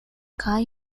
kaj